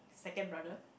second brother